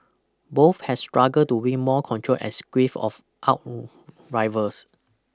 both have stuggled to win more control and squeeze of out rivals